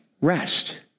rest